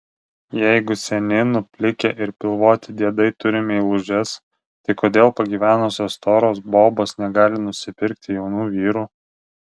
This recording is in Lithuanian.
jeigu seni nuplikę ir pilvoti diedai turi meilužes tai kodėl pagyvenusios storos bobos negali nusipirkti jaunų vyrų